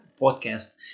podcast